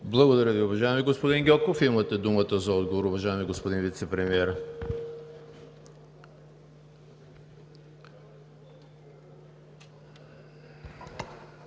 Благодаря Ви, уважаеми господин Гьоков. Имате думата за отговор, уважаеми господин Вицепремиер.